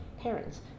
parents